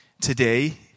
today